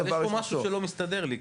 אבל יש פה משהו שלא מסתדר לי.